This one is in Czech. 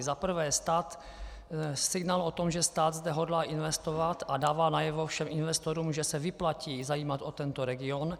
Za prvé signál o tom, že stát zde hodlá investovat a dává najevo všem investorům, že se vyplatí zajímat o tento region.